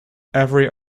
every